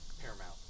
Paramount